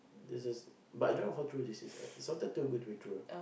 this is but I don't know how true this is ah it sounded too good to be true